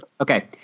Okay